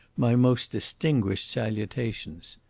my most distinguished salutations.